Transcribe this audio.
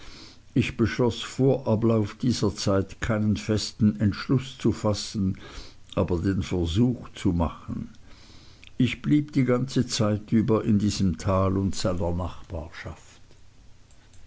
ich beschloß vor ablauf dieser zeit keinen festen entschluß zu fassen aber den versuch zu machen ich blieb die ganze zeit über in diesem tal und seiner nachbarschaft